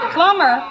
Plumber